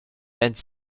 and